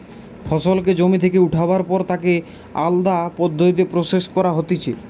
ফসলকে জমি থেকে উঠাবার পর তাকে আলদা পদ্ধতিতে প্রসেস করা হতিছে